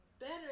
better